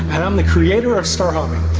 and i'm the creator of star hopping.